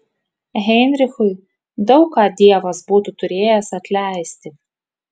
heinrichui daug ką dievas būtų turėjęs atleisti